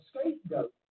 scapegoat